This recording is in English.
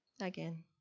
Again